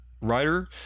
writer